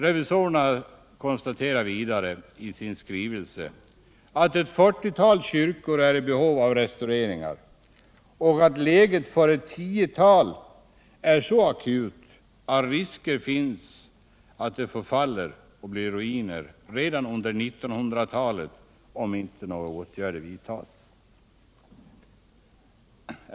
Revisorerna konstaterar vidare i sin skrivelse att ett fyrtiotal kyrkor är i behov av restaurering och att läget för ett tiotal är så akut att risker finns för att de förfaller och blir ruiner redan under 1900-talet om inte några åtgärder vidtas.